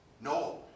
No